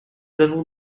avons